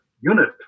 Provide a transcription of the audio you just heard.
unit